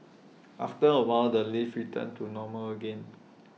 after A while the lift returned to normal again